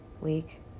week